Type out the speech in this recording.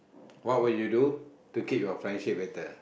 what would you do to keep your friendship better